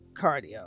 cardio